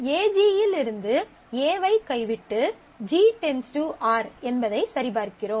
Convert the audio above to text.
AG இலிருந்து A ஐ கைவிட்டு G → R என்பதைச் சரிபார்க்கிறோம்